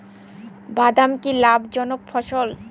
বাদাম কি লাভ জনক ফসল?